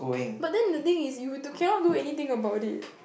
but then the thing is you do cannot do anything about it